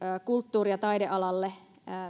kulttuuri ja taidealalle